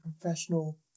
professional